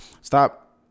stop